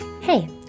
Hey